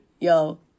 Yo